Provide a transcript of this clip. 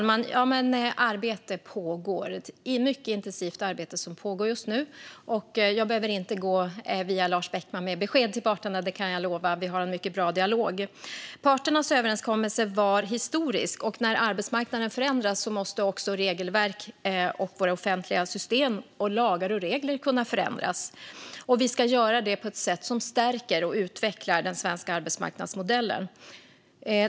Fru talman! Arbete pågår. Det är ett mycket intensivt arbete som pågår just nu. Jag behöver inte gå via Lars Beckman med besked till parterna - det kan jag lova. Vi har en mycket bra dialog. Parternas överenskommelse är historisk. När arbetsmarknaden förändras måste också regelverk, våra offentliga system och lagar och regler kunna förändras. Vi ska förändra dem på ett sätt som stärker och utvecklar den svenska arbetsmarknadsmodellen.